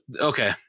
okay